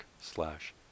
slash